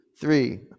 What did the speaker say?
three